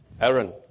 Aaron